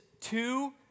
two